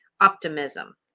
optimism